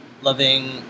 loving